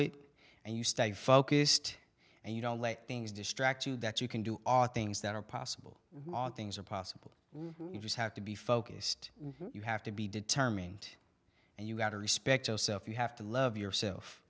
it and you stay focused and you don't let things distract you that you can do all the things that are possible things are possible you just have to be focused you have to be determined and you've got to respect yourself you have to love yourself